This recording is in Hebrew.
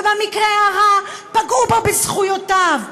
ובמקרה הרע פגעו בו בזכויותיו,